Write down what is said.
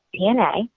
DNA